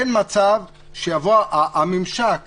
הממשק